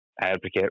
advocate